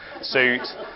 suit